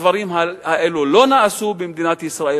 הדברים האלו לא נעשו במדינת ישראל.